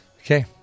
Okay